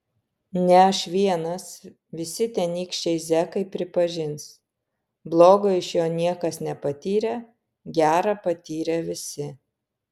ne aš vienas visi tenykščiai zekai pripažins blogo iš jo niekas nepatyrė gera patyrė visi